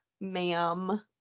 ma'am